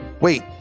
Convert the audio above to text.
Wait